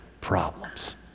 problems